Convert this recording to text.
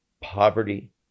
poverty